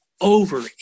over